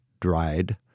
dried